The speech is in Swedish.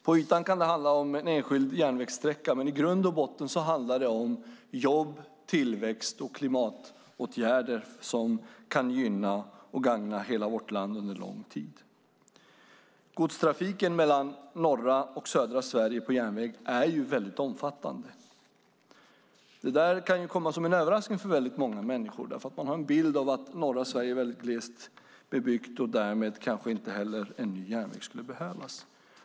På ytan kan det handla om en enskild järnvägssträcka, men i grund och botten handlar det om jobb, tillväxt och klimatåtgärder som kan gagna hela vårt land under lång tid. Godstrafiken på järnväg mellan norra och södra Sverige är mycket omfattande. Det kan komma som en överraskning för många människor, eftersom man har en bild av att norra Sverige är mycket glest bebyggt och att en ny järnväg kanske inte skulle behövas.